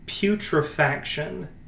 putrefaction